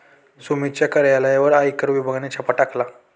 सुमितच्या कार्यालयावर आयकर विभागाने छापा टाकला